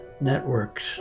networks